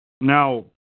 Now